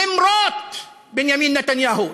למרות בנימין נתניהו,